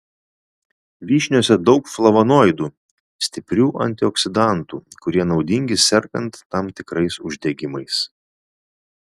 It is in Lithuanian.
vyšniose daug flavonoidų stiprių antioksidantų kurie naudingi sergant tam tikrais uždegimais